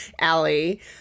Allie